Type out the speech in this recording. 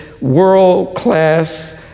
world-class